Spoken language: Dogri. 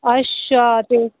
अच्छा ते